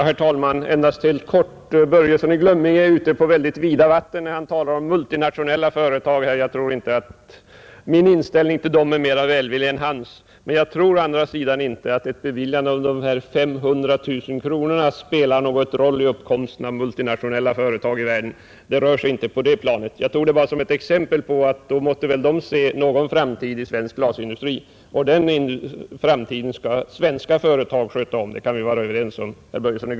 Herr talman! Herr Börjesson i Glömminge är ute på vida vatten när han talar om multinationella företag. Jag tror inte att min inställning till dem är mera välvillig än hans, men jag finner å andra sidan inte att ett beviljande av de 500 000 kronorna spelar någon roll när det gäller uppkomsten av multinationella företag i världen. Frågan ligger inte på det planet. Jag tog det här bara som ett exempel på att dessa företag måtte se någon framtid i svensk glasindustri, men den framtiden skall svenska företag klara — det kan vi vara överens om, herr Börjesson.